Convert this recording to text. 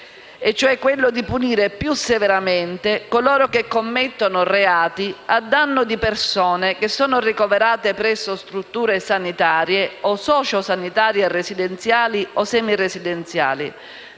è quello di punire più severamente coloro che commettono reati a danno di persone che sono ricoverate presso strutture sanitarie o socio-sanitarie residenziali o semiresidenziali.